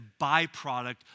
byproduct